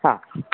ആ